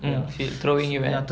mm field throwing events